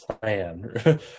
plan